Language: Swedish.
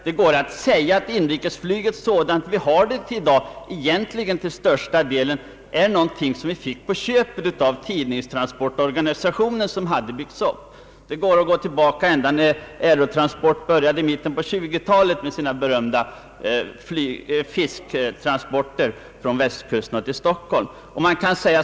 Det kan sägas att inrikesflyget, sådant det är i dag, egentligen till Ang. inrikesflyget, m.m. stor del är någonting som vi fick på köpet när tidningstransportorganisationen byggdes upp. Man kan gå tillbaka ända till mitten av 1920-talet, när Aerotransport började med sina omskrivna fisktransporter från Västkusten till Stockholm.